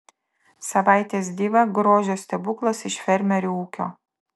savaitės diva grožio stebuklas iš fermerių ūkio